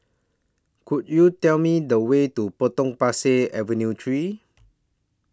Could YOU Tell Me The Way to Potong Pasir Avenue three